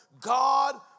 God